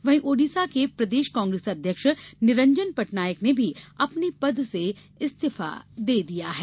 वहीं ओड़िसा के प्रदेश कांग्रेस अध्यक्ष निरंजन पटनायक ने भी अपने पद से इस्तीफा दे दिया है